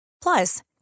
Plus